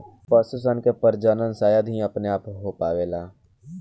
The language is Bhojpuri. पशु सन के प्रजनन शायद ही अपने आप हो पावेला